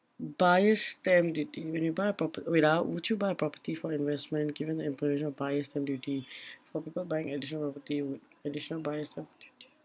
buyer's stamp duty when you buy a proper~ wait ah would you buy a property for investment given the implementation of buyer's stamp duty for people buying additional property would additional buyer's stamp duty